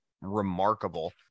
remarkable